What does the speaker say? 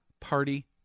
Party